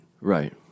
right